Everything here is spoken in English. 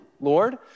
Lord